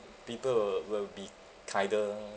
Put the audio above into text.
people will will be kinder